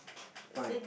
fine